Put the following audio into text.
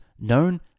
known